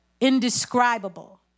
indescribable